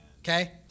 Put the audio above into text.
Okay